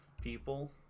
people